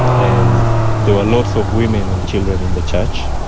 and there were lots of women and children in the church,